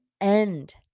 end